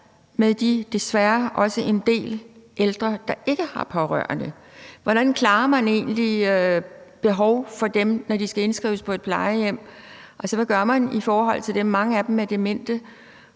med de, desværre også en del, ældre, der ikke har pårørende? Hvordan klarer man egentlig deres behov, når de skal indskrives på et plejehjem? Altså, hvad gør man i forhold til dem? Mange af dem er demente,